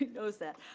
knows that.